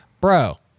bro